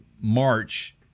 March